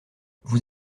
vous